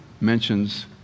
mentions